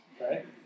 right